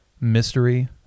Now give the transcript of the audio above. Mystery